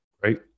great